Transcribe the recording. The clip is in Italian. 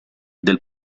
del